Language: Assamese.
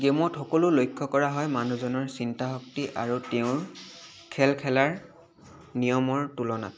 গেমত সকলো লক্ষ্য কৰা হয় মানুহজনৰ চিন্তা শক্তি আৰু তেওঁৰ খেল খেলাৰ নিয়মৰ তুলনাত